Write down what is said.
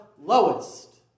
lowest